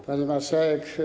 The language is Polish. Pani Marszałek!